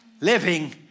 Living